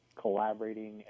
collaborating